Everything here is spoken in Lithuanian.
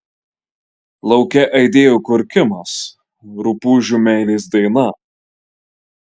lauke aidėjo kurkimas rupūžių meilės daina